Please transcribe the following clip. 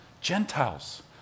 Gentiles